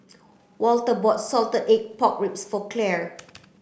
Walter bought salted egg pork ribs for Clare